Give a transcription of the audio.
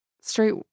straight